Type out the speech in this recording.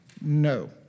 No